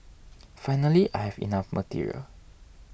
finally I have enough material